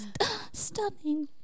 stunning